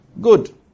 Good